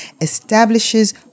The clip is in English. establishes